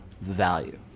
value